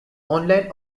online